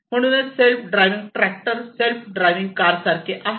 म्हणून self driving tractor self driving car सारखे आहे